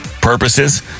purposes